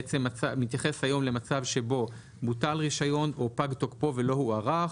בעצם הוא מתייחס היום למצב שבו: בוטל רישיון או פג תוקפו ולא הוארך,